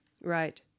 Right